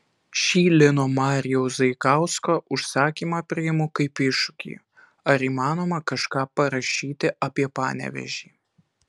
šį lino marijaus zaikausko užsakymą priimu kaip iššūkį ar įmanoma kažką parašyti apie panevėžį